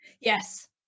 Yes